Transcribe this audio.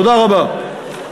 תודה רבה.